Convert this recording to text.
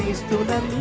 student